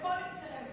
החיילים